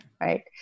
right